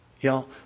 Y'all